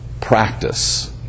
practice